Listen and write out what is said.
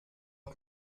hat